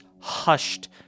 hushed